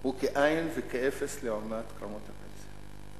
הוא כאין וכאפס לעומת קרנות הפנסיה.